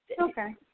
Okay